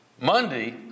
Monday